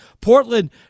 Portland